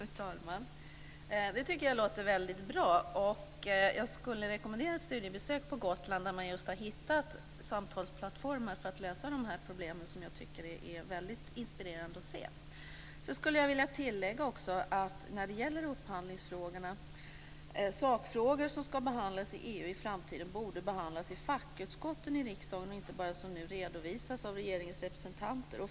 Fru talman! Det tycker jag låter väldigt bra. Och jag skulle vilja rekommendera ett studiebesök på Gotland där man just har hittat samtalsplattformar för att lösa dessa problem som jag tycker är väldigt inspirerande att se. Sedan skulle jag vilja tillägga något när det gäller upphandlingsfrågorna. Sakfrågor som ska behandlas i EU i framtiden borde behandlas i fackutskotten i riksdagen och inte bara som nu redovisas av regeringens representanter.